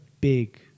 big